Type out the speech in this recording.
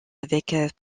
avec